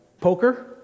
poker